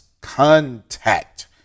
contact